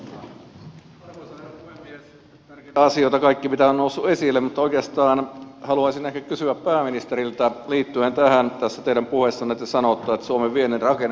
tärkeitä asioita kaikki mitä on noussut esille mutta oikeastaan haluaisin ehkä kysyä pääministeriltä liittyen tässä teidän puheessanne tähän kun sanoitte että suomen viennin rakenne on yksipuolinen